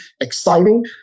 exciting